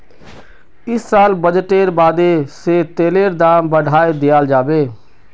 इस साल बजटेर बादे से तेलेर दाम बढ़ाय दियाल जाबे